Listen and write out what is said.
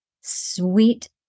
sweet